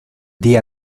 día